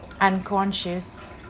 unconscious